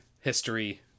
history